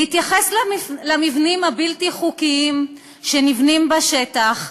בהתייחס למבנים הבלתי-חוקיים שנבנים בשטח,